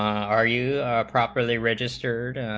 are you a properly registered,